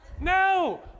no